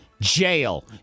jail